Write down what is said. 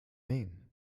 mean